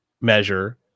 measure